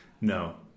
No